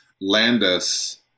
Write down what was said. landis